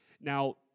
Now